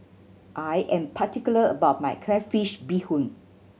I am particular about my crayfish beehoon